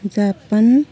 Japan